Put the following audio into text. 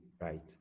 right